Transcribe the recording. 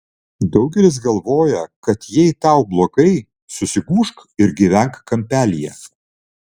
daugelis galvoja kad jei tau blogai susigūžk ir gyvenk kampelyje